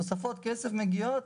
תוספות כסף מגיעות,